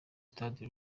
stade